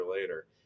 later